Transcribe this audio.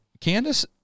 Candice